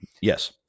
Yes